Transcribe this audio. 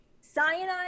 cyanide